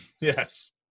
Yes